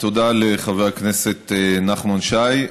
תודה לחבר הכנסת נחמן שי.